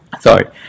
sorry